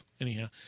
anyhow